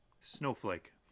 snowflake